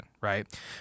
right